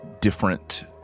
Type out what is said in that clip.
different